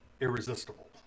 irresistible